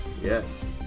Yes